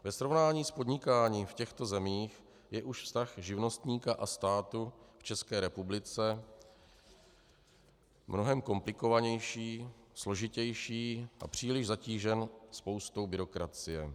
Ve srovnání s podnikáním v těchto zemích je už vztah živnostníka a státu v České republice mnohem komplikovanější, složitější a příliš zatížený spoustou byrokracie.